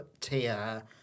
Tia